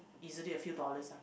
easily a few dollars lah